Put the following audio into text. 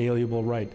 alienable right